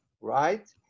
right